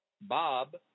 bob